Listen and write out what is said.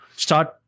start